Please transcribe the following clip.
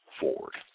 forward